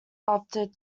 opted